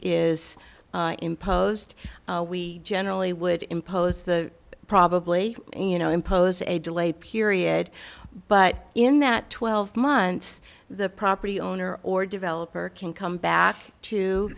is imposed we generally would impose the probably you know impose a delay period but in that twelve months the property owner or developer can come